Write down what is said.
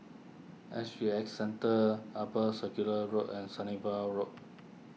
S G X Centre Upper Circular Road and Sunnyville Rome